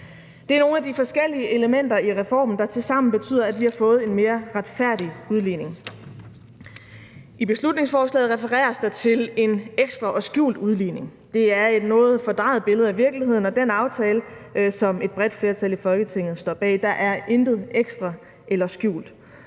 Det er nogle af de forskellige elementer i reformen, der tilsammen betyder, at vi har fået en mere retfærdig udligning. I beslutningsforslaget refereres der til en ekstra og skjult udligning. Det er et noget fordrejet billede af virkeligheden og den aftale, som et bredt flertal i Folketinget står bag. Der er intet ekstra eller skjult.